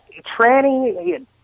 tranny